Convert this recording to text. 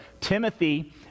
Timothy